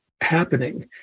happening